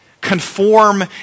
conform